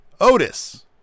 Otis